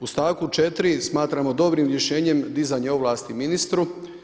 U stavku 4. smatramo dobrim rješenjem dizanje ovlasti ministru.